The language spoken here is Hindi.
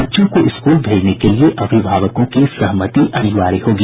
बच्चों को स्कूल भेजने के लिए अभिभावकों की सहमति अनिवार्य होगी